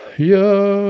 yah,